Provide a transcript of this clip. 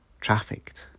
trafficked